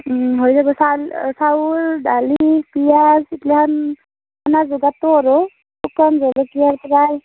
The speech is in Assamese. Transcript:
হৈ যাব চাল চাউল দালি পিয়াঁজ এইগিলাখান খানাৰ যোগাৰটো হ'লেও শুকান জলকীয়াৰ পৰাই